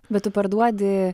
bet tu parduodi